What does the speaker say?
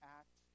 act